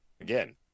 again